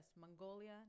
Mongolia